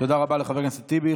תודה רבה לחבר הכנסת אחמד טיבי.